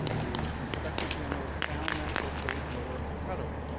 the inspector general found that whistleblower credible.